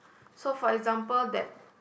so for example that